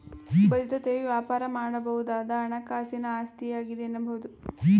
ಭದ್ರತೆಯು ವ್ಯಾಪಾರ ಮಾಡಬಹುದಾದ ಹಣಕಾಸಿನ ಆಸ್ತಿಯಾಗಿದೆ ಎನ್ನಬಹುದು